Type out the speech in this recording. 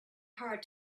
hard